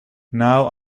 now